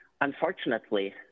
Unfortunately